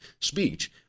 speech